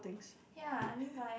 ya I but I